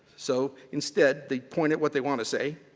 so instead, they'd point at what they wanna say,